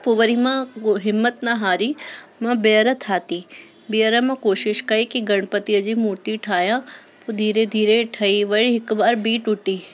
पोइ वरी मां हिमत न हारी मां ॿीहर ठाही ॿीहर मां कोशिश कई की गणपतिअ जी मूर्ति ठाहियां पोइ धीरे धीरे ठही वई हिकु बार ॿी टुटी